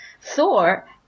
Thor